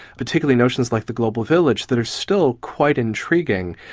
particularly notions like the global village, that are still quite intriguing.